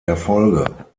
erfolge